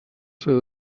ser